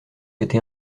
été